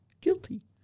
Guilty